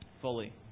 fully